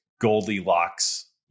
Goldilocks